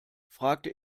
fragte